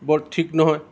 বৰ ঠিক নহয়